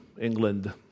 England